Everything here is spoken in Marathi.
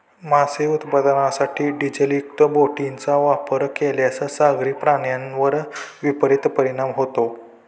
मासे उत्पादनासाठी डिझेलयुक्त बोटींचा वापर केल्यास सागरी प्राण्यांवर विपरीत परिणाम होतो